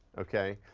okay?